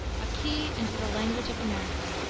a key into the language of america.